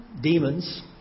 demons